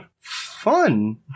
Fun